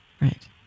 Right